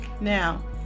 Now